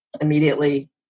immediately